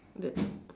that's